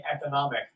economic